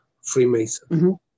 Freemason